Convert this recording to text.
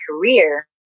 career